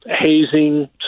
hazing